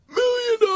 million